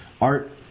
art